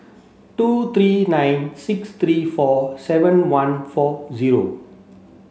two three nine six three four seven one four zero